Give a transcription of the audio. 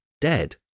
dead